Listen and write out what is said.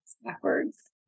backwards